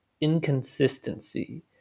inconsistency